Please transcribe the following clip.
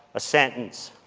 a sentence.